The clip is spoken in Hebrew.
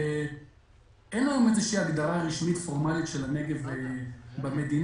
אין לנו הגדרה רשמית פורמלית של הנגב במדינה